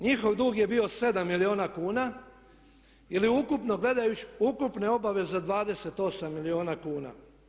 Njihov dug je bio 7 milijuna kuna ili ukupno gledajući, ukupne obaveze 28 milijuna kuna.